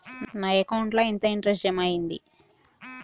నా అకౌంట్ ల ఎంత ఇంట్రెస్ట్ జమ అయ్యింది?